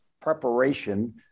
preparation